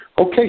Okay